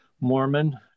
Mormon